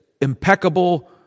impeccable